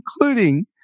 including